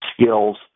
skills